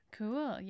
cool